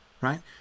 right